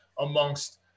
amongst